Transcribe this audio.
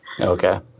Okay